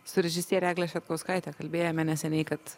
su režisiere egle šedkauskaite kalbėjome neseniai kad